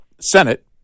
Senate